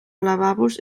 lavabos